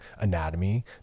anatomy